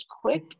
quick